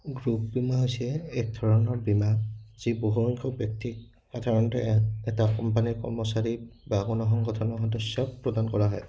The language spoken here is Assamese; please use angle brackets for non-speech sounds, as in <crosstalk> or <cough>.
গ্ৰুপ বীমা হৈছে এক ধৰণৰ বীমা যি বহুসংখ্যক ব্যক্তিক সাধাৰণতে <unintelligible> এটা কোম্পানীৰ কৰ্মচাৰী বা কোনো সংগঠনৰ সদস্য প্ৰদান কৰা হয়